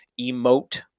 emote